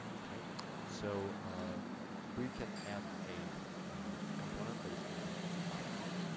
okay so we can add a component that is going to be an icon